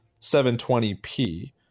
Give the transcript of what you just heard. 720p